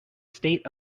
state